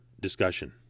discussion